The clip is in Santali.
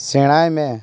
ᱥᱮᱬᱟᱭᱢᱮ